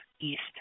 East